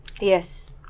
Yes